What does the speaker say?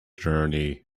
journey